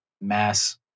mass